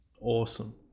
Awesome